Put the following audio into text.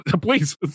Please